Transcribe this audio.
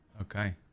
Okay